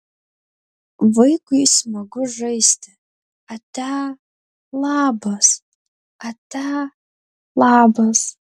vaikui smagu žaisti atia labas atia labas